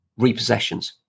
repossessions